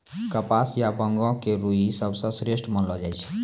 कपास या बांगो के रूई सबसं श्रेष्ठ मानलो जाय छै